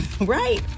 Right